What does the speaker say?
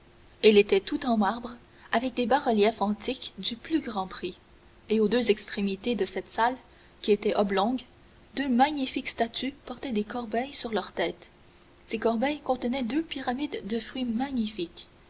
elle était tout en marbre avec des bas reliefs antiques du plus grand prix et aux deux extrémités de cette salle qui était oblongue deux magnifiques statues portaient des corbeilles sur leurs têtes ces corbeilles contenaient deux pyramides de fruits magnifiques